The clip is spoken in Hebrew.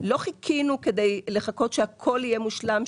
לא חיכינו כדי שהכול יהיה מושלם,